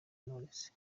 knowless